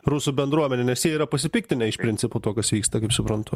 rusų bendruomenė nes jie yra pasipiktinę iš principo tuo kas vyksta kaip suprantu